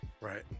Right